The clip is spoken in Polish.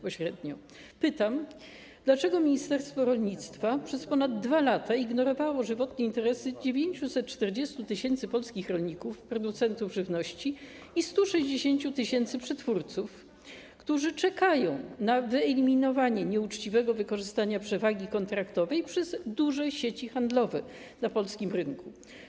Pytam: Dlaczego ministerstwo rolnictwa przez ponad 2 lata ignorowało żywotne interesy 940 tys. polskich rolników - producentów żywności i 160 tys. przetwórców, którzy czekają na wyeliminowanie nieuczciwego wykorzystywania przewagi kontraktowej przez duże sieci handlowe na polskim rynku?